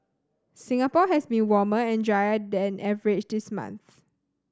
Singapore has been warmer and drier than average this month